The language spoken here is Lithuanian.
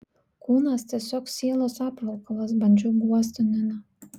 kūnas tiesiog sielos apvalkalas bandžiau guosti niną